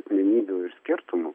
asmenybių ir skirtumų